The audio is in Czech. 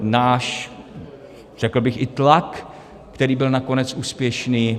Náš, řekl bych, i tlak, který byl nakonec úspěšný.